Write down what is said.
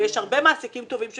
ויש הרבה מעסיקים טובים שמתחשבים,